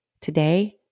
today